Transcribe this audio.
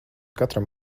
katram